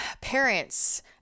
parents